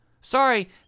Sorry